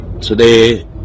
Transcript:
today